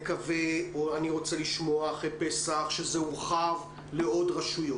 אני רוצה לשמוע אחרי פסח שזה הורחב לעוד רשויות.